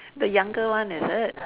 the younger one is it